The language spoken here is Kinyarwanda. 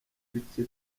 duke